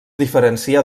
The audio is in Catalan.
diferencia